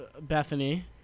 Bethany